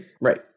right